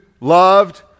loved